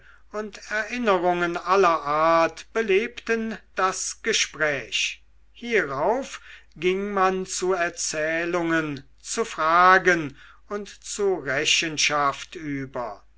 und erinnerungen aller art belebten das gespräch hierauf ging man zu erzählungen zu fragen und zu rechenschaft über